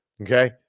okay